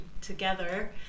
together